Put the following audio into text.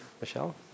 Michelle